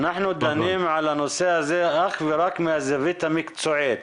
על הנושא הזה אך ורק מהזווית המקצועית,